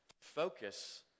Focus